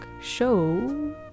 show